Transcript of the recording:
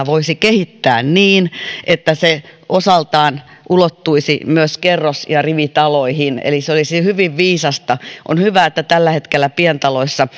voisi kehittää niin että se osaltaan ulottuisi myös kerros ja rivitaloihin eli se olisi hyvin viisasta on hyvä että tällä hetkellä pientaloissa